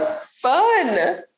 fun